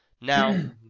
Now